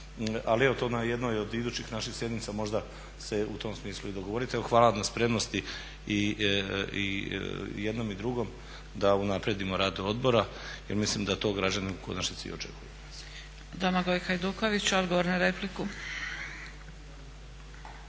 ali evo to na jednoj od idućih naših sjednica možda se u tom smislu i dogovorite. Evo hvala na spremnosti i jednom i drugom da unaprijedimo rad odbora jer mislim da to građani u konačnici i očekuju